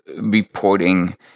reporting